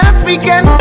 African